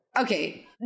Okay